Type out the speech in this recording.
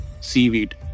seaweed